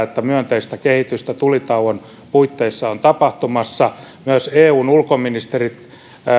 että myönteistä kehitystä tulitauon puitteissa on tapahtumassa myös eun ulkoministerit